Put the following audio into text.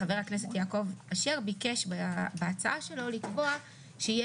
חבר הכנסת יעקב אשר ביקש בהצעה שלו לקבוע שיהיה